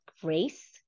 grace